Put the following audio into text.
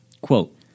quote